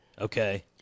Okay